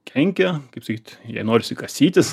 kenkia kaip sakyt jai norisi kasytis